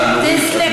זה שטח תחת כיבוש.